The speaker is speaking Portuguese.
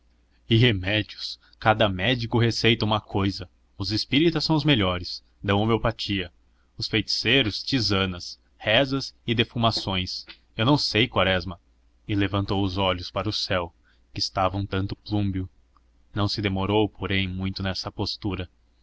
e remédios cada médico receita uma cousa os espíritas são os melhores dão homeopatia os feiticeiros tisanas rezas e defumações eu não sei quaresma e levantou os olhos para o céu que estava um tanto plúmbeo não se demorou porém muito nessa postura